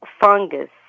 fungus